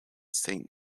saint